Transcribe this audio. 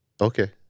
Okay